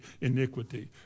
iniquity